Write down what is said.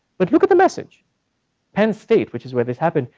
but look at the message penn state which is where this happened,